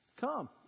Come